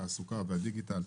התעסוקה והדיגיטל,